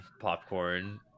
popcorn